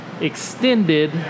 extended